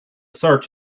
search